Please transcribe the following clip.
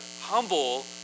humble